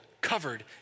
covered